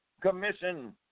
commission